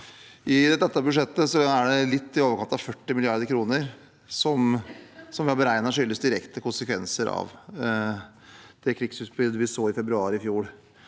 I dette budsjettet er det litt i overkant av 40 mrd. kr som er beregnet skyldes direkte konsekvenser av det krigsutbruddet vi så i februar i fjor,